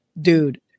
dude